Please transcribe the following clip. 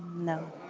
no.